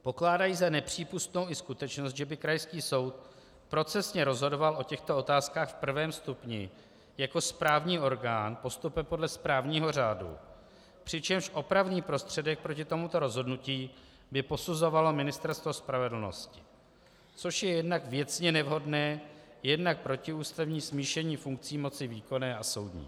Pokládají za nepřípustnou i skutečnost, že by krajský soud procesně rozhodoval o těchto otázkách v prvém stupni jako správní orgán postupem podle správního řádu, přičemž opravný prostředek proti tomuto rozhodnutí by posuzovalo Ministerstvo spravedlnosti, což je jednak věcně nevhodné, jednak protiústavní smíšení funkcí moci výkonné a soudní.